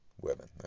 women